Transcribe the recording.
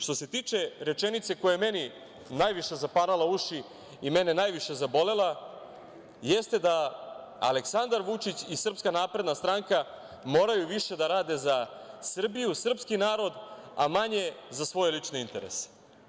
Što se tiče rečenice koja je meni najviše zaparala uši i mene najviše zabolela, jeste da Aleksandar Vučić i SNS moraju više da rade za Srbiju, sprski narod, a manje za svoj lični interes.